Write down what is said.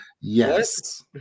yes